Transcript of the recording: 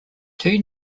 two